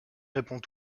réponds